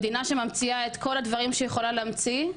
מדינה שממציאה את כל הדברים שהיא יכולה להמציא,